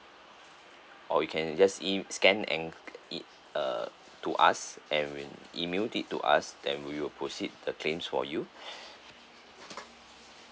or you can just E scan and E uh to us and email it to us then we will proceed the claims for you